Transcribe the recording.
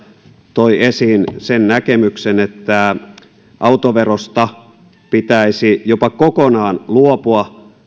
toi esiin sen näkemyksen että päästöttömyyden edistämiseksi autoverosta pitäisi jopa kokonaan luopua